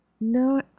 No